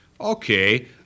Okay